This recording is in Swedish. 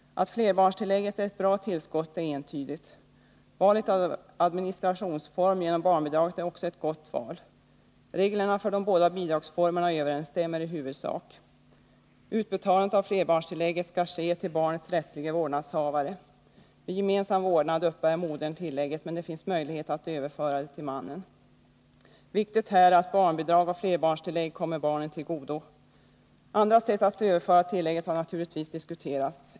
Att flerbarnstillägget är ett bra tillskott är entydigt. Valet av administrationsform för barnbidraget är också ett gott val. Reglerna för de båda bidragsformerna överensstämmer i huvudsak. Utbetalandet av flerbarnstillägget skall ske till barnets rättslige vårdnadshavare. Vid gemensam vårdnad uppbär modern tillägget, men det finns möjlighet att överföra det till mannen. Viktigt är att barnbidrag och flerbarnstillägg kommer barnen till godo. Andra sätt att överföra tillägget har naturligtvis diskuterats.